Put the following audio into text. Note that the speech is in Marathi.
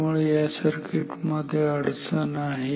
त्यामुळे या सर्किट मध्ये अडचण आहे